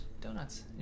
donuts